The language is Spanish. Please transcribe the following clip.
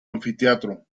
anfiteatro